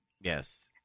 Yes